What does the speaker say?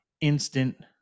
instant